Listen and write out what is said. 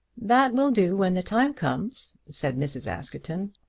that will do when the time comes, said mrs. askerton.